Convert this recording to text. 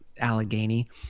Allegheny